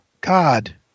God